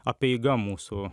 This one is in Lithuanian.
apeiga mūsų